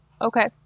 Okay